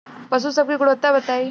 पशु सब के गुणवत्ता बताई?